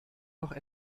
noch